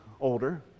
older